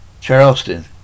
Charleston